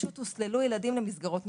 הוסללו ילדים למסגרות נפרדות.